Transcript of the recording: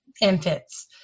infants